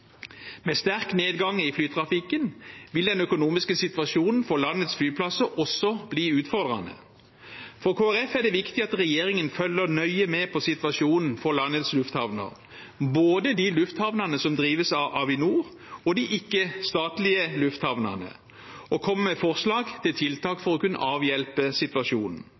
Med sterk nedgang i flytrafikken vil den økonomiske situasjonen for landets flyplasser også bli utfordrende. For Kristelig Folkeparti er det viktig at regjeringen følger nøye med på situasjonen for landets lufthavner, både de lufthavnene som drives av Avinor, og de ikke-statlige lufthavnene, og kommer med forslag til tiltak for å kunne avhjelpe situasjonen.